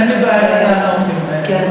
אין לי בעיה גם לענות אם, עוד